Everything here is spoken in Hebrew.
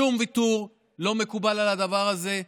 שום ויתור לא מקובל בדבר הזה.